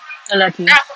lelaki